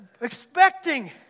expecting